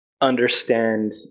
understand